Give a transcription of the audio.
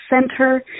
Center